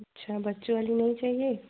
अच्छा बच्चों वाली नहीं चाहिए